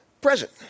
present